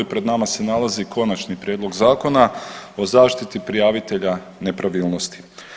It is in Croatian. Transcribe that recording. Pred nama se nalazi Konačni prijedlog Zakona o zaštiti prijavitelja nepravilnosti.